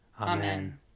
Amen